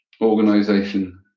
organization